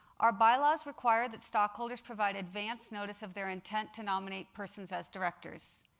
our bylaws require that stockholders provide advance notice of their intent to nominate persons as directors.